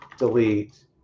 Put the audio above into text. delete